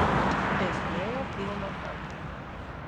pribezdėjo pilną kambarį